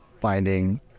finding